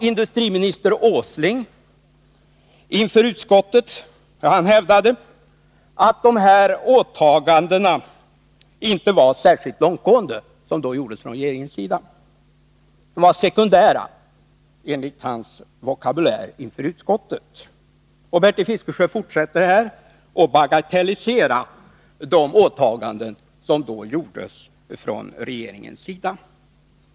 Industriminister Åsling hävdade inför utskottet att de åtaganden som regeringen då gjorde inte var särskilt långtgående. De var sekundära, enligt den vokabulär han använde inför utskottet. Och Bertil Fiskesjö fortsätter här att bagatellisera de åtaganden som då gjordes från regeringens sida.